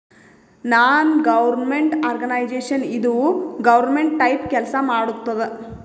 ನಾನ್ government organisation ಇದು government type ಕೆಲ್ಸಾ ಮಾಡತ್ತುದ್